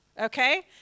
okay